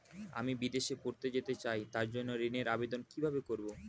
আমি বিদেশে পড়তে যেতে চাই তার জন্য ঋণের আবেদন কিভাবে করব?